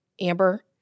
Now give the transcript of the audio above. Amber